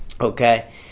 okay